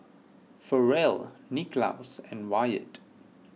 Ferrell Nicklaus and Wyatt